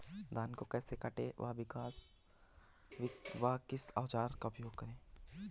धान को कैसे काटे व किस औजार का उपयोग करें?